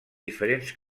diferents